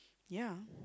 ya